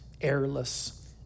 airless